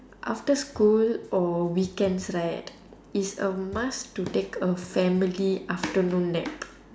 after school or weekends right is a must to take a family afternoon nap